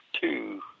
two